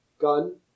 gun